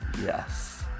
Yes